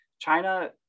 China